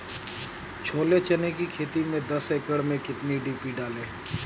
छोले चने की खेती में दस एकड़ में कितनी डी.पी डालें?